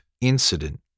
incident